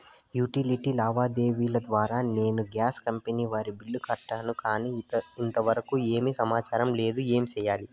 Utility లావాదేవీల ద్వారా నేను గ్యాస్ కంపెని వారి బిల్లు కట్టాను కానీ ఇంతవరకు ఏమి సమాచారం లేదు, ఏమి సెయ్యాలి?